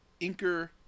inker